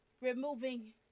removing